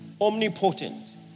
Omnipotent